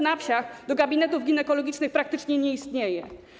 Na wsi dostęp do gabinetów ginekologicznych praktycznie nie istnieje.